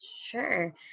Sure